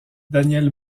daniel